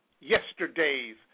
yesterday's